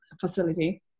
facility